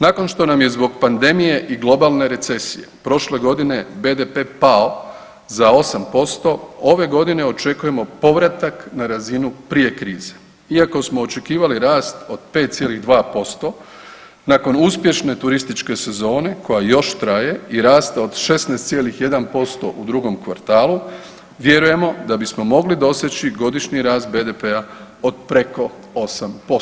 Nakon što nam je zbog pandemije i globalne recesije prošle godine BDP pao za 8%, ove godine očekujemo povratak na razinu prije krize, iako smo očekivali rast od 5,2%, nakon uspješne turističke sezona koja još traje i raste od 16,1% u drugom kvartalu, vjerujemo da bismo mogli doseći godišnji rast BDP-a od preko 8%